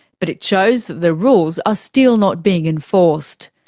but it shows that the rules are still not being enforced.